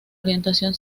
orientación